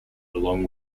along